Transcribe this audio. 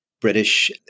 British